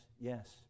yes